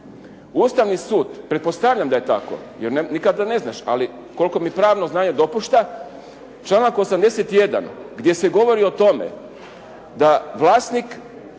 Ustavni sud, pretpostavljam da je tako jer nikad ne znaš, ali koliko mi pravno stanje dopušta članak 81. gdje se govori o tome da vlasnik